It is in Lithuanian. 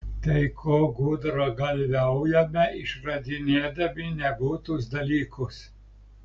tai ko gudragalviaujame išradinėdami nebūtus dalykus